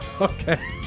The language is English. Okay